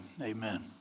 amen